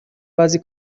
بعضی